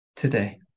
today